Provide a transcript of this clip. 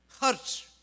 hurt